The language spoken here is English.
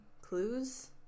clues